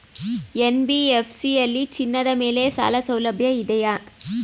NBFC ಯಲ್ಲಿ ಚಿನ್ನದ ಮೇಲೆ ಸಾಲಸೌಲಭ್ಯ ಇದೆಯಾ?